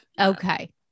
Okay